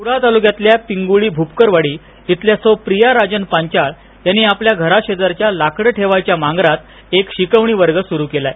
कुडाळ तालुक्यातल्या पिंगुळी भूपकरवाडी इथल्या प्रिया राजन पांचाळ यांनी आपल्या घरा शेजारच्या लाकडं ठेवायच्या मांगरात एक शिकवणी वर्ग सुरु केलाय